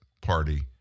Party